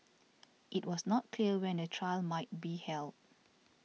it was not clear when a trial might be held